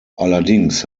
allerdings